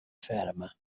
fatima